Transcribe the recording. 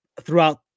throughout